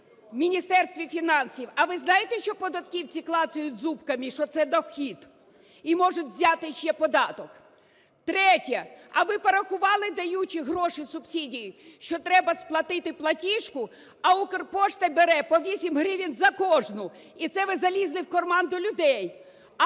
в Міністерстві фінансів, а ви знаєте, що податківці клацають зубками, що це дохід і можуть взяти ще податок? Третє. А порахували, даючи гроші субсидії, що треба сплатити платіжку, а "Укрпошта" бере по 8 гривень за кожну, і це ви залізли в карман до людей.